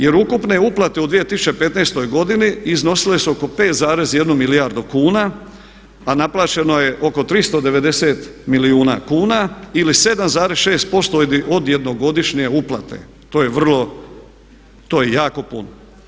Jer ukupne uplate u 2015. godini iznosile su oko 5,1 milijardu kuna a naplaćeno je oko 390 milijuna kuna ili 7,6% od jednogodišnje uplate, to je vrlo, to je jako puno.